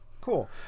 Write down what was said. cool